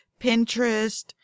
Pinterest